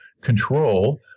control